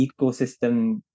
ecosystem